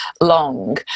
long